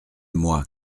moi